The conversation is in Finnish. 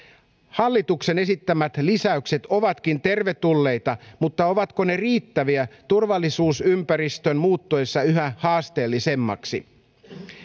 hallituksen esittämät lisäykset ovatkin tervetulleita mutta ovatko ne riittäviä turvallisuusympäristön muuttuessa yhä haasteellisemmaksi